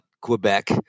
Quebec